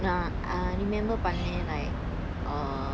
uh I remember பண்ணன்:pannan like uh